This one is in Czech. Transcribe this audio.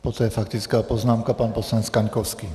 Poté faktická poznámka pan poslanec Kaňkovský.